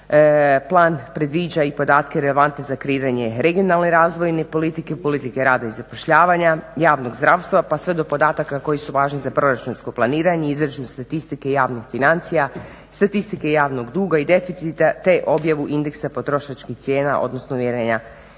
Plan predviđa i podatke relevantne za kreiranje regionalne razvojne politike, politike rada i zapošljavanja, javnog zdravstva pa sve do podataka koji su važni za proračunsko planiranje, izračun statistike javnih financije, statistike javnog duga i deficita te objavu indeksa potrošačkih cijena odnosno uvjerenja